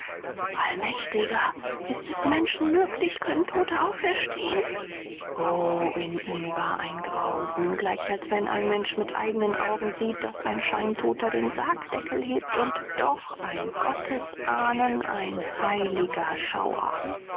allmächtiger ist es menschenmöglich können tote auferstehen o in ihm war ein grausen gleich als wenn ein mensch mit eignen augen sieht daß ein scheintoter den sargdeckel hebt und doch ein gottesahnen ein heiliger schauer